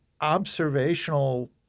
observational